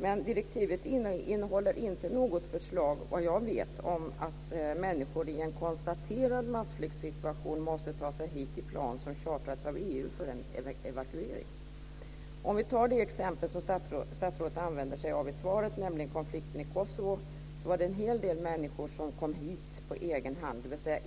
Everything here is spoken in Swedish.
Men direktivet innehåller inte något förslag, vad jag vet, om att människor i en konstaterad massflyktssituation måste ta sig hit i plan som har chartrats av EU för en evakuering. Om vi tar det exempel som statsrådet använder sig av i svaret, nämligen konflikten i Kosovo, var det en hel del människor som kom hit på egen hand, dvs. som